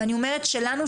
וכשאני אומרת שלנו,